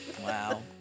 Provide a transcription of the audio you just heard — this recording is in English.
Wow